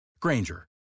Granger